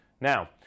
Now